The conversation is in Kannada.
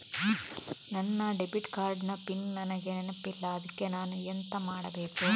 ನನ್ನ ಡೆಬಿಟ್ ಕಾರ್ಡ್ ನ ಪಿನ್ ನನಗೆ ನೆನಪಿಲ್ಲ ಅದ್ಕೆ ನಾನು ಎಂತ ಮಾಡಬೇಕು?